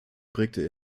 prägte